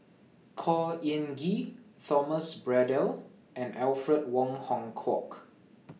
Khor Ean Ghee Thomas Braddell and Alfred Wong Hong Kwok